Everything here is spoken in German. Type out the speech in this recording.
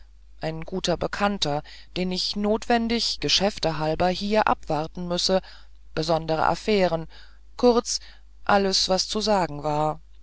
ein guter bekannter den ich notwendig geschäfte halber hier abwarten müsse besondere affären kurz alles was zu sagen war